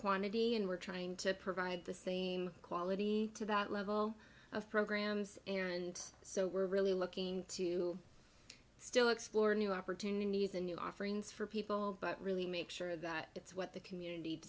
quantity and we're trying to provide this thing quality to that level of programs and so we're really looking to still explore new opportunities and new offerings for people but really make sure that it's what the community